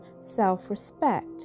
self-respect